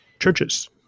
churches